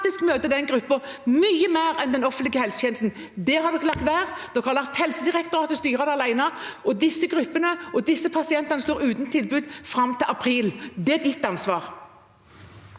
møter den gruppen – mye mer enn den offentlige helsetjenesten. Det har dere latt være. Dere har latt Helsedirektoratet styre det alene, og disse gruppene og disse pasientene står uten tilbud fram til april. Det er ditt ansvar.